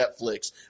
Netflix